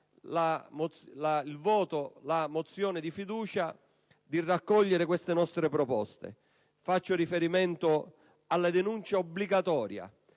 la questione di fiducia, di raccogliere queste nostre proposte. Faccio riferimento alla denuncia obbligatoria,